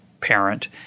parent